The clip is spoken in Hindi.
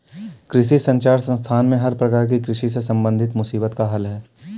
कृषि संचार संस्थान में हर प्रकार की कृषि से संबंधित मुसीबत का हल है